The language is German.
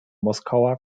moskauer